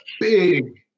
big